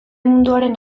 munduaren